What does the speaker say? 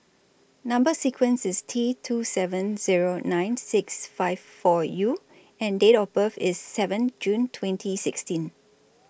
Number sequence IS T two seven Zero nine six five four U and Date of birth IS seven June twenty sixteen